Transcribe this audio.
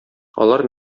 алар